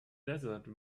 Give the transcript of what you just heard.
desert